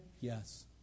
Yes